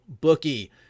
bookie